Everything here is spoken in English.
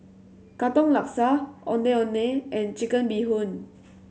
Katong Laksa Ondeh Ondeh and Chicken Bee Hoon